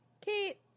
Kate